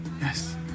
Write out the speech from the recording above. Yes